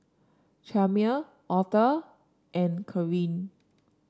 Chalmer Auther and Karin